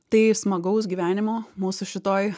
tai smagaus gyvenimo mūsų šitoj